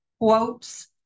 quotes